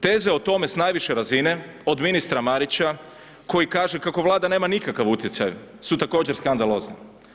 Teze o tome s najviše razine od ministra Marića koji kaže kako Vlada nema nikakav utjecaj su također skandalozne.